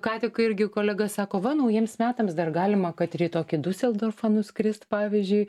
ką tik irgi kolega sako va naujiems metams dar galima kad ir į tokį diuseldorfą nuskrist pavyzdžiui